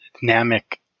dynamic